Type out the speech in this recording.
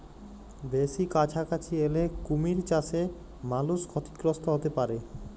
বেসি কাছাকাছি এলে কুমির চাসে মালুষ ক্ষতিগ্রস্ত হ্যতে পারে